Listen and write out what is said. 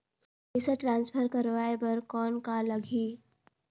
पइसा ट्रांसफर करवाय बर कौन का लगही?